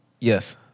Yes